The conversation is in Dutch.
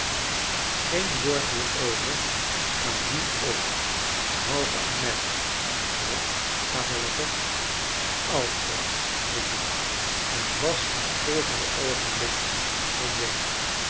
geen charles dickens woord hierover aan wien ook behalve aan mij hoor cavalletto altro riep hij en was in het volgende oogenblik verdwenen